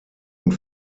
und